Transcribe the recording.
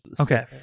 Okay